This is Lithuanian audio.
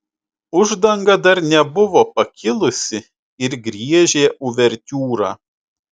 uždanga dar nebuvo pakilusi ir griežė uvertiūrą